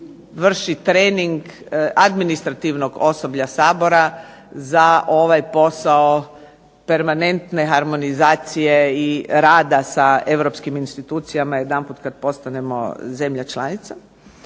vrši trening administrativnog osoblja Sabora za ovaj posao permanentne harmonizacije i rada sa europskim institucijama, jedanput kad postanemo zemlja članica.